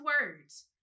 words